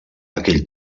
aquell